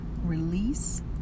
release